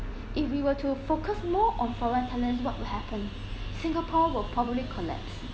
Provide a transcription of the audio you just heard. if we were to focus more on foreign talents what will happen singapore will probably collapse